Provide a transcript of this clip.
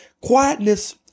Quietness